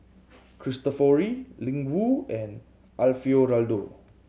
Cristofori Ling Wu and Alfio Raldo